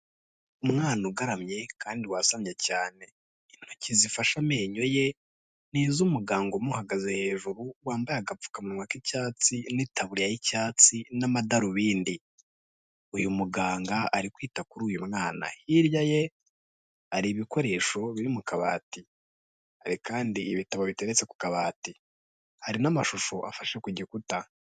Umwana ugaramye kandi wasamye cyane. Intoki zifashe amenyo ye ni iz'umuganga umuhagaze hejuru, wambaye agapfukamunwa k'icyatsi n'itaburiya y'icyatsi n'amadarubindi. Uyu muganga ari kwita kuri uyu mwana. Hirya ye ari ibikoresho biri mu kabati. Hari kandi ibitabo biteretse ku kabati. Hari kandi n'amashusho afashe ku gikuta.